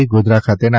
ગોધરા ખાતેના